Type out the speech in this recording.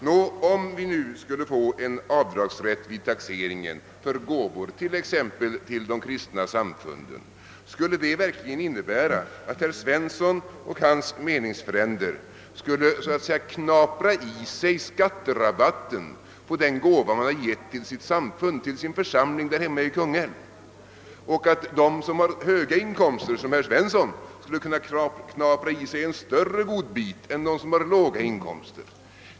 Nå, om vi nu skulle få en avdragsrätt vid taxering för gåvor t.ex. till de kristna samfunden, skulle det verkligen innebära att herr Svensson och hans meningsfränder skulle så att säga knapra i sig skatterabatten på den gåva de givit till sitt samfund, till sin församling därhemma i Kungälv, och att de som har höga inkomster, såsom herr Svensson, skulle kunna knapra i sig en större godbit än de som har låga inkomster?